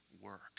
work